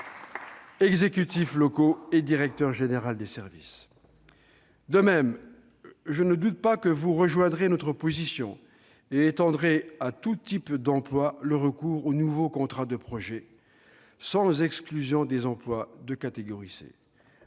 exécutifs locaux et directeur général des services. Très bien ! De même, je ne doute pas que vous rejoindrez notre proposition et étendrez à tout type d'emploi le recours au nouveau contrat de projet, sans exclusion des emplois de catégorie C.